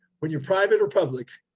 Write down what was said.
when you're private or public,